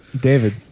David